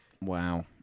Wow